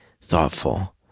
thoughtful